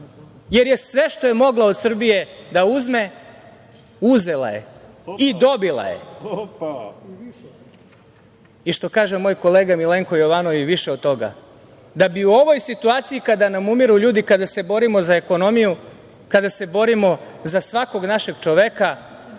jer je sve što je mogla od Srbije da uzme uzela i dobila, što kaže moj kolega Milenko Jovanov, i više od toga. Da bi u ovoj situaciji kada nam umiru ljudi, kada se borimo za ekonomiju, kada se borimo za svakog našeg čoveka,